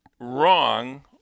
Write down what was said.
wrong